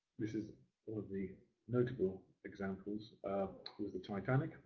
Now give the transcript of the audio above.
this is one of the notable examples of the titanic,